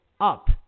up